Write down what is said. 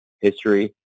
history